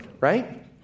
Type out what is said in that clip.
right